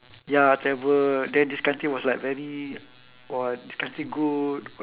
ya travel then this country was like very !wah! this country good